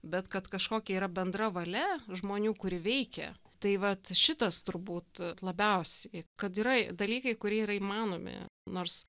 bet kad kažkokia yra bendra valia žmonių kuri veikia tai vat šitas turbūt labiausiai kad yra dalykai kurie yra įmanomi nors